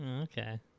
Okay